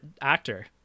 actor